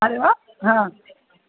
hello हां